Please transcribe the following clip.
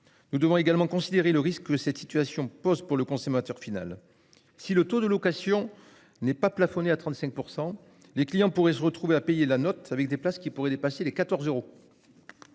Nous devons également considérer le risque que cette situation pose pour le consommateur final. Si le taux de location n'est pas plafonné à 35% les clients pourraient se retrouver à payer la note s'avec des places qui pourrait dépasser les 14 euros.